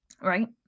right